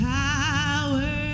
power